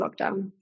lockdown